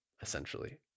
essentially